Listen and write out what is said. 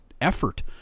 effort